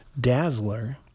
Dazzler